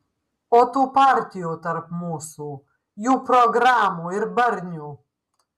o tų partijų tarp mūsų jų programų ir barnių